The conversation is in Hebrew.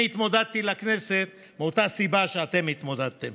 אני התמודדתי לכנסת מאותה סיבה שאתם התמודדתם,